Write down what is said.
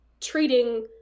treating